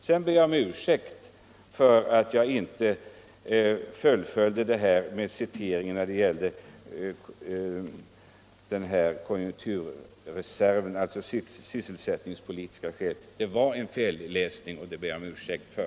Jag ber om ursäkt för att jag inte fullföljde citatet beträffande konjunkturreserven. Det var en felläsning, vilket jag beklagar.